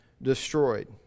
destroyed